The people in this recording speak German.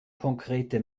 konkrete